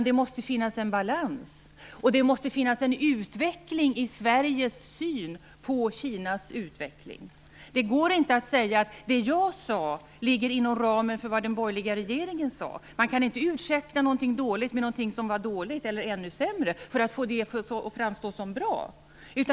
Det måste finnas en balans och det måste finnas en utveckling i Sveriges syn på Kinas utveckling. Det går inte att säga att det jag sade ligger inom ramen för vad den borgerliga regeringen sade. Man kan inte ursäkta någonting dåligt med någonting som var dåligt eller ännu sämre för att få det att framstå som bra.